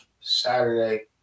Saturday